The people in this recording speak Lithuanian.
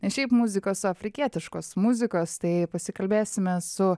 ne šiaip muzikos o afrikietiškos muzikos tai pasikalbėsime su